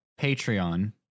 Patreon